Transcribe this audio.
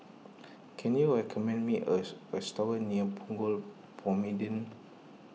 can you recommend me as a restaurant near Punggol Promenade